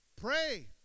Pray